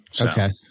Okay